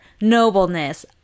nobleness